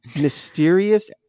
mysterious